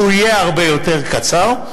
והוא יהיה הרבה יותר קצר,